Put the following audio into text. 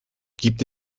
gibt